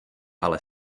ale